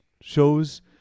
shows